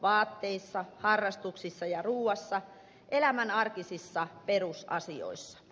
vaatteissa harrastuksissa ja ruuassa elämän arkisissa perusasioissa